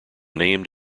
named